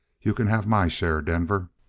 you can have my share, denver